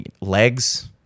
Legs